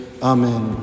Amen